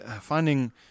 finding